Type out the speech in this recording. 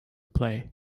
play